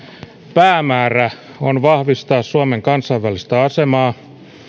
päämäärä on vahvistaa suomen kansainvälistä asemaa